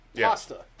pasta